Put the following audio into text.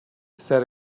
said